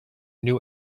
new